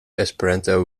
esperanto